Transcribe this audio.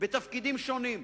בתפקידים שונים.